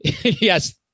Yes